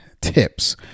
tips